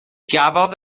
gafodd